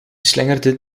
slingerde